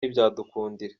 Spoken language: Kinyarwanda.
ntibyadukundira